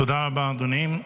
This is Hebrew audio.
תודה רבה, אדוני.